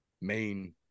main